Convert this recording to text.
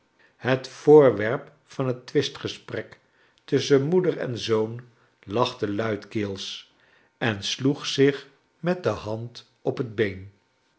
het voorwerp van het twistgesprek tusschen moeder en zoon lachte luidkeels en sloeg zich met de hand op het been